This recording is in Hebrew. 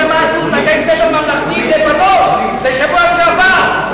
מה עשו בבתי-ספר ממלכתיים לבנות בשבוע שעבר.